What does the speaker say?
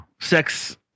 Sex